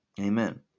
Amen